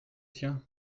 tiens